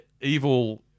evil